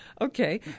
Okay